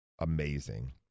amazing